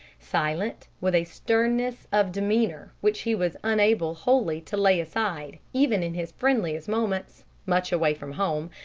silent, with a sternness of demeanor which he was unable wholly to lay aside even in his friendliest moments, much away from home,